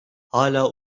hala